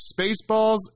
Spaceballs